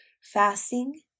Fasting